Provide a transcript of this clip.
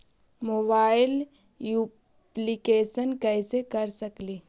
Mobile application कैसे कर सकेली?